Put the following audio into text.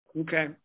Okay